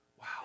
Wow